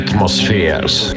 atmospheres